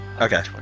Okay